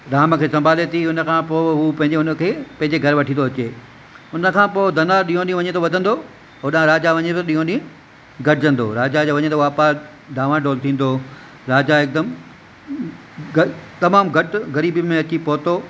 दाम खे सभांले थी उनखां पोइ हू पंहिंजे हुनखे पंहिंजे घरु वठी थो अचे उनखां पोइ धनवार ॾींहों ॾींहुं वञे थो वधंदो होॾां राजा वञे थो ॾींहों ॾींहुं घटिजंदो राजा जो वञे थो वापारु डावांडोल थींदो राजा हिकदमि घटि तमामु घटि ग़रीबी में अची पहुतो